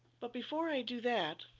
but before i do that,